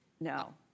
No